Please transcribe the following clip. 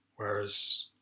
Whereas